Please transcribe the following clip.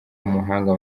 umuhanga